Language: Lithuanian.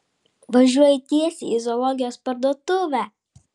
važiuoju tiesiai į zoologijos parduotuvę